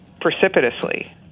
precipitously